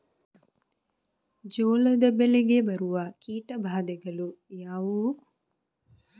ಜೋಳದ ಬೆಳೆಗೆ ಬರುವ ಕೀಟಬಾಧೆಗಳು ಯಾವುವು?